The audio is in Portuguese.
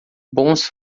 bons